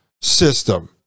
system